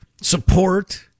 support